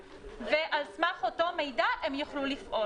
ועל סמך אותו מידע הם יוכלו לפעול.